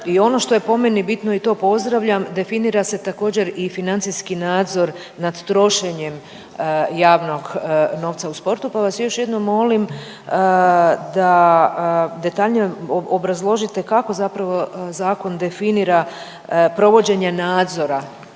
I ono što je po meni bitno i to pozdravljam definira se također i financijski nadzor nad trošenjem javnog novca u sportu. Pa vas još jednom molim da detaljnije obrazložite kako zapravo zakon definira provođenje nadzora